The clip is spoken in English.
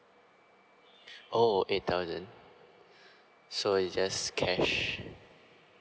oh eight thousand so it just cash